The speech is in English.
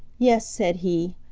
yes, said he,